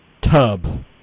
tub